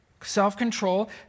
Self-control